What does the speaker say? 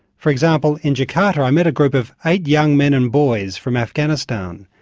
for example, in jakarta i met a group of eight young men and boys from afghanistan,